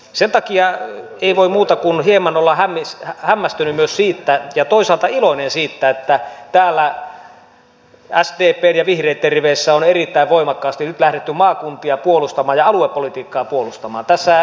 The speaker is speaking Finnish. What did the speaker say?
sen takia ei voi muuta kuin hieman olla hämmästynyt ja toisaalta iloinen siitä että täällä sdpn ja vihreitten riveissä on erittäin voimakkaasti nyt lähdetty maakuntia ja aluepolitiikkaa puolustamaan